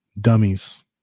dummies